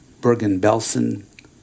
Bergen-Belsen